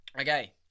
Okay